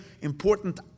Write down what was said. important